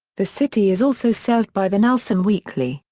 the city is also served by the nelson weekly,